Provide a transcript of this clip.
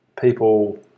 people